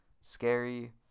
scary